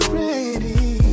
ready